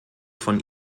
von